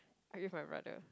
I will eat with my brother